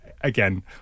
again